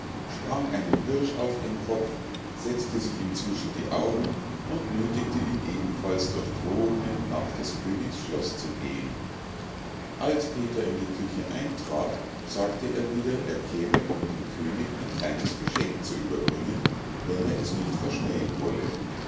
sprang einem hirsch auf den kopf setzte sich ihm zwischen die augen und nöthigte ihn ebenfalls durch drohungen nach des königs schloß zu gehen als peter in die küche eintrat sagte er wieder er käme um dem könig ein kleines geschenk zu überbringen wenn er es nicht verschmähen wolle